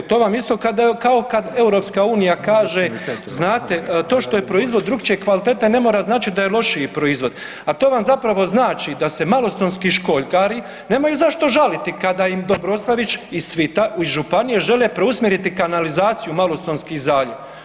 To vam je isto kao kad EU kaže znate to što je proizvod drugačije kvalitete ne mora značit da je lošiji proizvod, a to vam zapravo znači da se malostonski školjkari nemaju zašto žaliti kad im Dobroslavić i svita iz županije žele preusmjeriti kanalizaciju u Malostonski zaljev.